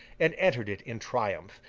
and entered it in triumph,